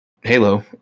Halo